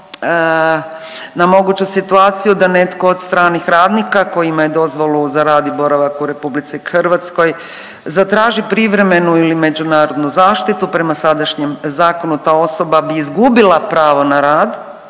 na moguću situaciju da netko od stranih radnika koji imaju dozvolu za rad i boravak u RH zatraži privremenu ili međunarodnu zaštitu, prema sadašnjem zakonu ta osoba bi izgubila pravo na rad